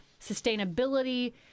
sustainability